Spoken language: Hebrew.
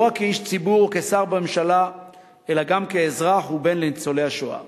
לא רק כאיש ציבור וכשר בממשלה אלא גם כאזרח ובן לניצולי השואה.